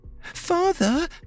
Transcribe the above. Father